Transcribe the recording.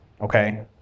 okay